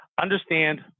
understand